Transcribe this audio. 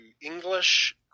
English